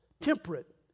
Temperate